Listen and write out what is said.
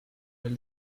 pile